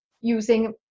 using